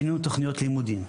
שינינו תוכניות לימודים,